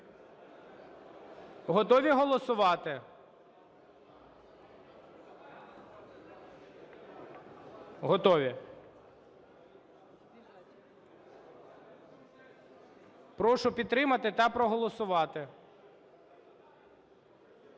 Готові голосувати? Готові. Прошу підтримати та проголосувати.